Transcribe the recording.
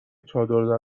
چادر